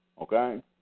Okay